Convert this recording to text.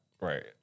Right